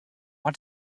want